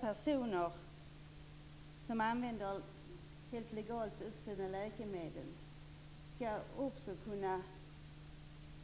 Personer som använder legalt utskrivna läkemedel skall också kunna